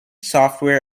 software